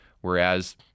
Whereas